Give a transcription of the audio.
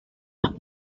las